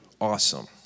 awesome